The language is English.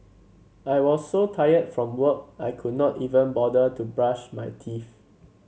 I was so tired from work I could not even bother to brush my teeth